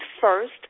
first